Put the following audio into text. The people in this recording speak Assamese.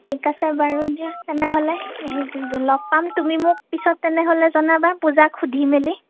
ঠিক আছে বাৰু দিয়া তেনেহ'লে ল'গ পাম তুমি মোক পিছত তেনেহ'লে জনাবা পূজাক সুধি মেলি